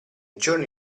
giorni